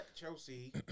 Chelsea